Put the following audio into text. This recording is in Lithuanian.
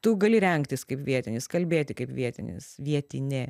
tu gali rengtis kaip vietinis kalbėti kaip vietinis vietinė